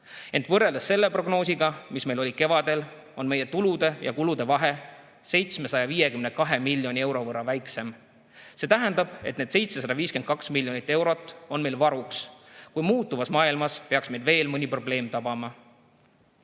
Ent võrreldes prognoosiga, mis meil oli kevadel, on meie tulude ja kulude vahe 752 miljoni euro võrra väiksem. See tähendab, et need 752 miljonit eurot on meil varuks, kui muutuvas maailmas peaks meid veel mõni probleem